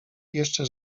jeszcze